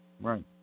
Right